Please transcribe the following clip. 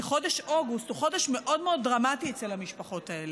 כי חודש אוגוסט הוא חודש מאוד מאוד דרמטי אצל המשפחות האלה.